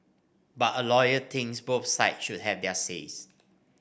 but a lawyer thinks both sides should have their says